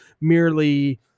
merely